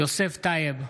יוסף טייב,